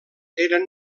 eren